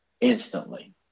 instantly